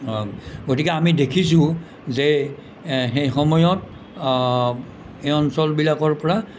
গতিকে আমি দেখিছোঁ যে এ সেই সময়ত এই অঞ্চলবিলাকৰ পৰা